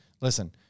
Listen